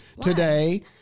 today